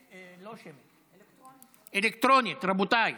אלקטרונית, רבותיי.